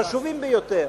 חשובים ביותר,